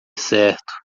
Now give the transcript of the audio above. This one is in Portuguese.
certo